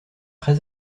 très